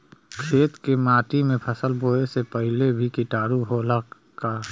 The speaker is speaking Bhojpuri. खेत के माटी मे फसल बोवे से पहिले भी किटाणु होला का?